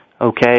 Okay